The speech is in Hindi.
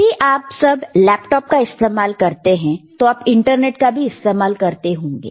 यदि आप सब लैपटॉप का इस्तेमाल करते हैं तो आप इंटरनेट का भी इस्तेमाल करते होंगे